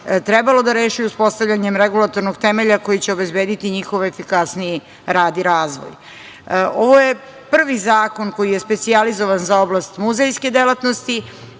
trebalo da reši uspostavljanjem regulatornog temelja koji će obezbediti njihov efikasniji rad i razvoj. Ovo je prvi zakon koji je specijalizovan za oblast muzejske delatnosti